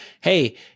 hey –